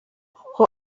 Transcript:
kuko